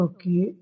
Okay